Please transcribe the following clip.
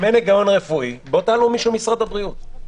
אם אין היגיון רפואי, תעלו מישהו ממשרד הבריאות.